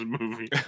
movie